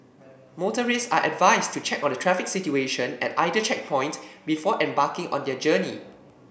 motorists are advised to check on the traffic situation at either checkpoint before embarking on their journey